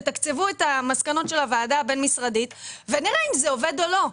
תתקצבו את המסקנות של הועדה הבין-משרדית ונראה אם זה עובד או לא.